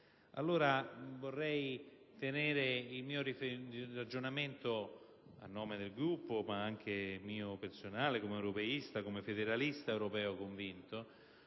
retorica. Vorrei esporre il mio ragionamento, a nome del Gruppo ma anche mio personale, come europeista, come federalista europeo convinto,